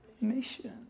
Mission